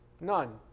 None